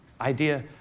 idea